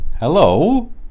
hello